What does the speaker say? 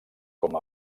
com